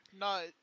No